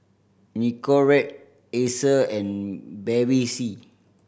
Nicorette Acer and Bevy C